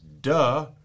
duh